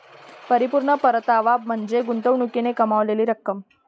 परिपूर्ण परतावा म्हणजे गुंतवणुकीने कमावलेली रक्कम